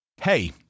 Hey